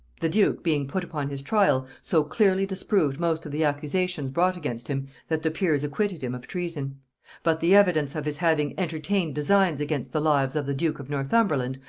the duke, being put upon his trial, so clearly disproved most of the accusations brought against him that the peers acquitted him of treason but the evidence of his having entertained designs against the lives of the duke of northumberland,